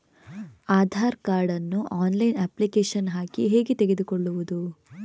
Aadhaar card ನ್ನು online application ಹಾಕಿ ಹೇಗೆ ತೆಗೆದುಕೊಳ್ಳುವುದು?